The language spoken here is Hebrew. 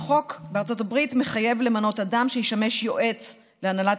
החוק בארצות הברית מחייב למנות אדם שישמש יועץ להנהלת